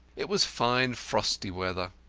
it was fine frosty weather.